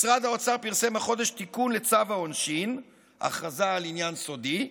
משרד האוצר פרסם החודש תיקון לצו העונשין (הכרזה על עניין סודי)